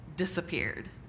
disappeared